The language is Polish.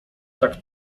tak